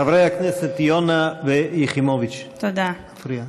חברי הכנסת יונה ויחימוביץ, זה מפריע,